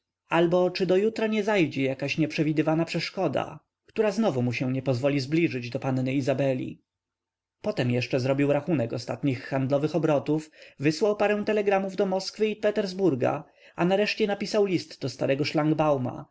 albo czy do jutra nie zajdzie jakaś nieprzewidziana przeszkoda która znowu mu nie pozwoli zbliżyć się do panny izabeli potem jeszcze zrobił rachunek ostatnich handlowych obrotów wysłał parę telegramów do moskwy i petersburga a nareszcie napisał list do starego